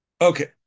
Okay